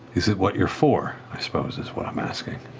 is it what you're for, i suppose is what i'm asking?